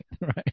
Right